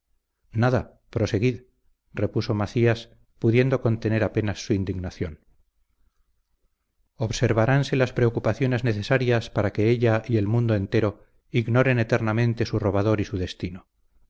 nada proseguid repuso macías pudiendo contener apenas su indignación observaránse las precauciones necesarias para que ella y el mundo entero ignoren eternamente su robador y su destino